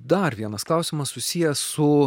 dar vienas klausimas susijęs su